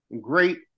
great